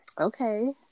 Okay